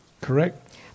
Correct